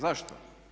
Zašto?